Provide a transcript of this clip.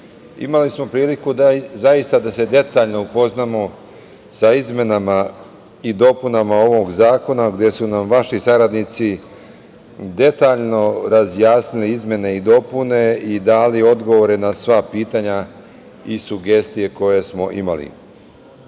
smo priliku zaista da se detaljno upoznamo sa izmenama i dopunama ovog zakona, gde su nam vaši saradnici detaljno razjasnili izmene i dopune i dali odgovore na sva pitanja i sugestije koje smo